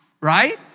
right